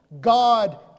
God